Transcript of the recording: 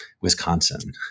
Wisconsin